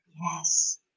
Yes